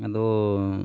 ᱟᱫᱚᱻ